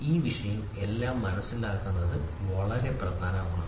ഈ വിഷയം എല്ലാം മനസ്സിലാക്കുന്നതിന് വളരെ പ്രധാനമാണ്